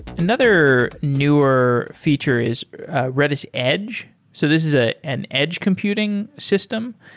another newer feature is a redis edge. so this is ah an edge computing system.